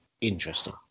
Interesting